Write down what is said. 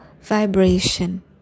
vibration